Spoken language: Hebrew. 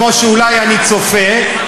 כמו שאולי אני צופה,